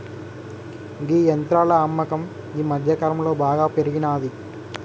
గీ యంత్రాల అమ్మకం గీ మధ్యకాలంలో బాగా పెరిగినాది